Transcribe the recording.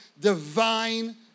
divine